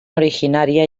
originaria